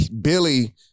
Billy